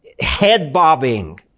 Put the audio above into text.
head-bobbing